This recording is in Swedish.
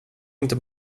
inte